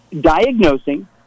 diagnosing